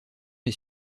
les